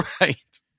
Right